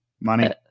Money